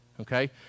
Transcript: okay